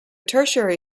tertiary